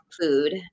food